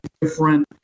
different